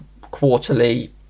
quarterly